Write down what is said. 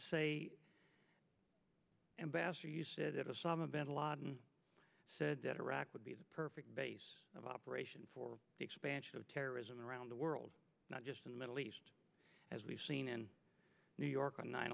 say ambassador you said it was some of bet a lot and said that iraq would be the perfect base of operation for the expansion of terrorism around the world not just in the middle east as we've seen in new york on nine